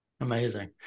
Amazing